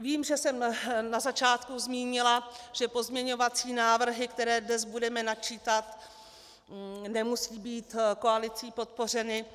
Vím, že jsem na začátku zmínila, že pozměňovací návrhy, které dnes budeme načítat, nemusí být koalicí podpořeny.